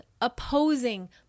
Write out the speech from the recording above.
opposing